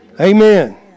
Amen